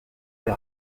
elle